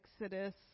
Exodus